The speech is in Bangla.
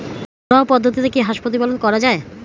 ঘরোয়া পদ্ধতিতে কি হাঁস প্রতিপালন করা যায়?